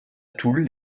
toul